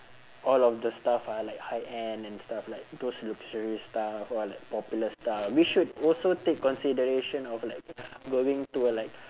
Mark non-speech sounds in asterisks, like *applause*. all of the stuff are like high end and stuff like those luxurious stuff or like popular stuff we should also take consideration of like *breath* going to uh like